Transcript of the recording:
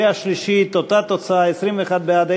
בקריאה שלישית אותה תוצאה: 21 בעד,